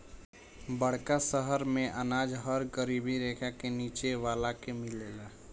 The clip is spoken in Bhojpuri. बड़का शहर मेंअनाज हर गरीबी रेखा के नीचे वाला के मिलेला